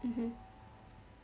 mmhmm